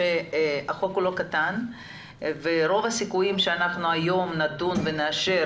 שהחוק הוא לא קטן ורוב הסיכויים שאנחנו היום נדון ונאשר